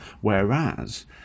whereas